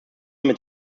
mit